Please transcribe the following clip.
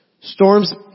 Storms